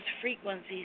frequencies